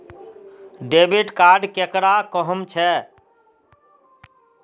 Debit card केकरा कहुम छे?